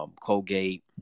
Colgate